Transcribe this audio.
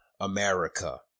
America